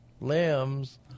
limbs